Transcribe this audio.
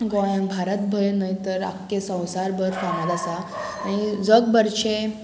गोंयान भारत भंय न्हय तर आख्खे संवसार भर फामाद आसा आनी जगभरचे